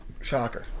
Shocker